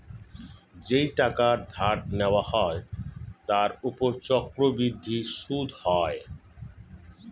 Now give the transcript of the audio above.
যেই টাকা ধার নেওয়া হয় তার উপর চক্রবৃদ্ধি সুদ হয়